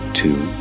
two